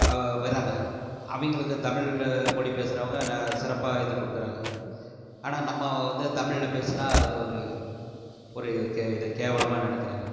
வராங்க அவங்களுக்கு தமிழில் மொழி பேசுறவங்க ந சிறப்பாக இது கொடுக்கறாங்க ஆனால் நம்ம வந்து தமிழில் பேசுனா அது ஒரு ஒரு சே இதை கேவலமாக நினைக்கிறாங்க